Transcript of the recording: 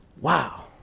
wow